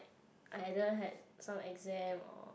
either had some exam or